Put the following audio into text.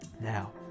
Now